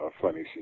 funny